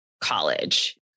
college